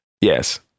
Yes